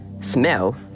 smell